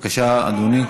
בבקשה, אדוני.